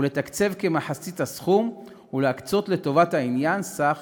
ולתקצב כמחצית הסכום, ולהקצות לטובת העניין סך